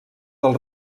del